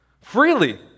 freely